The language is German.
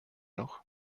noch